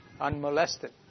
unmolested